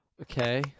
Okay